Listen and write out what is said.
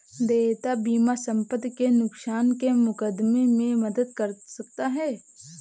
देयता बीमा संपत्ति के नुकसान के मुकदमे में मदद कर सकता है